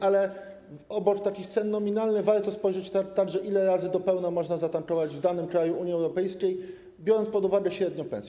Ale obok takich cen nominalnych warto spojrzeć także, ile razy do pełna można zatankować w danym kraju Unii Europejskiej, biorąc pod uwagę średnią pensję.